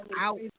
out